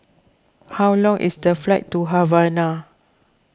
how long is the flight to Havana